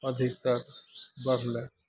अधिकतर बढ़लै